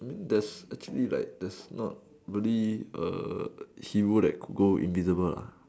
that's actually like there's not really a hero that could go invisible lah